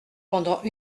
pendant